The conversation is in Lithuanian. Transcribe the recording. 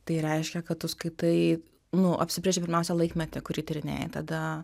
tai reiškia kad tu skaitai nu apsibrėži pirmiausia laikmetį kurį tyrinėji tada